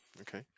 okay